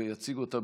ויציג אותה,